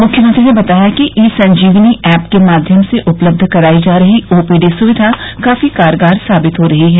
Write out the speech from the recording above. मुख्यमंत्री ने बताया कि ई संजीवनी ऐप के माध्यम से उपलब्ध कराई जा रही ओपीडी सुविधा काफी कारगर साबित हो रही है